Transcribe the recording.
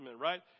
right